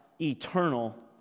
Eternal